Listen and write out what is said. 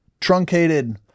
truncated